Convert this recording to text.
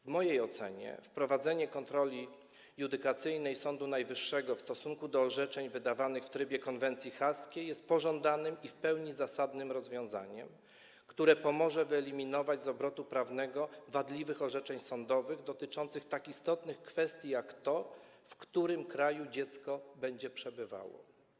W mojej ocenie wprowadzenie kontroli judykacyjnej Sądu Najwyższego w stosunku do orzeczeń wydawanych w trybie konwencji haskiej jest pożądanym i w pełni zasadnym rozwiązaniem, które pomoże wyeliminować z obrotu prawnego wadliwe orzeczenia sądowe dotyczące tak istotnych kwestii jak to, w którym kraju dziecko będzie przebywało.